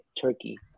Turkey